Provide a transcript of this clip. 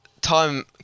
time